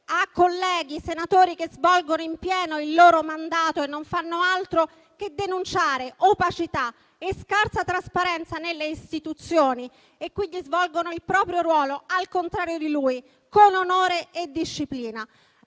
a colleghi senatori che svolgono in pieno il loro mandato, che non fanno altro che denunciare opacità e scarsa trasparenza nelle istituzioni e che quindi svolgono il proprio ruolo, al contrario di lui, con onore e disciplina.